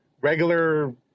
regular